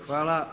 Hvala.